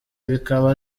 bikaba